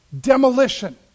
demolition